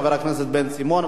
חבר הכנסת בן-סימון,